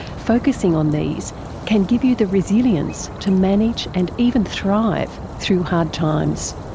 focussing on these can give you the resilience to manage and even thrive through hard times.